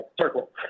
Circle